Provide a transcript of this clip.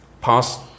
pass